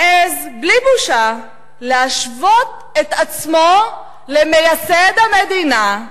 מעז בלי בושה להשוות את עצמו למייסד המדינה,